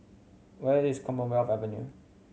where is Commonwealth Avenue